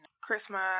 Christmas